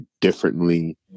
differently